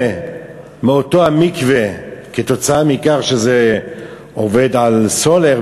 מאותו המקווה כתוצאה מכך שזה עובד על סולר,